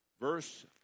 verse